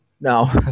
No